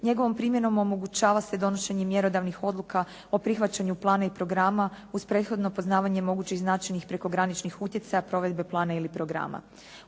Njegovom primjenom omogućava se donošenje mjerodavnih odluka o prihvaćanju plana i programa uz prethodno poznavanje mogućih značajnih prekograničnih utjecaja provedbe plaća ili programa.